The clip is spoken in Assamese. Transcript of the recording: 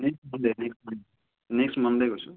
next Monday next Monday next Monday কৈছোঁ